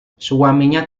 suaminya